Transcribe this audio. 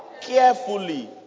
Carefully